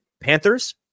Panthers